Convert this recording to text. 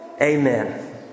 amen